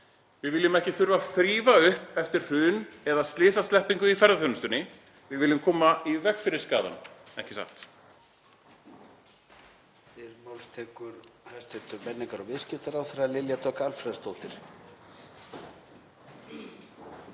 Við viljum ekki þurfa að þrífa upp eftir hrun eða slysasleppingu í ferðaþjónustunni. Við viljum koma í veg fyrir skaðann, ekki satt?